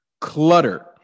clutter